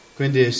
quindi